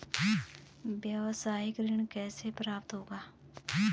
व्यावसायिक ऋण कैसे प्राप्त होगा?